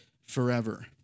forever